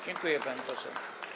Dziękuję, pani poseł.